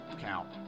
count